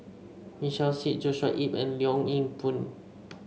Michael Seet Joshua Ip and Leong Yoon Pin